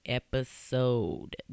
episode